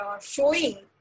showing